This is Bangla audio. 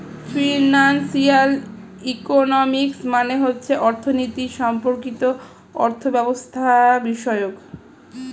ফিনান্সিয়াল ইকোনমিক্স মানে হচ্ছে অর্থনীতি সম্পর্কিত অর্থব্যবস্থাবিষয়ক